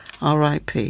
RIP